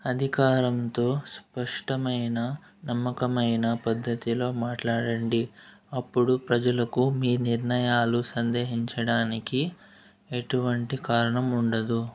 అధికారంతో స్పష్టమైన నమ్మకమైన పద్ధతిలో మాట్లాడండి అప్పుడు ప్రజలకు మీ నిర్ణయాలు సందేహించడానికి ఎటువంటి కారణం ఉండదు